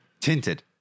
Tinted